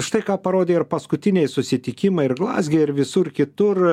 štai ką parodė ir paskutiniai susitikimai ir glazge ir visur kitur